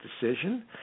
decision